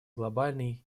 глобальный